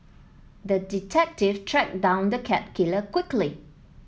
the detective tracked down the cat killer quickly